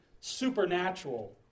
supernatural